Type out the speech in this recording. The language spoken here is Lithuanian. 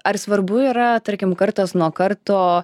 ar svarbu yra tarkim kartas nuo karto